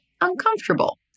uncomfortable